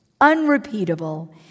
unrepeatable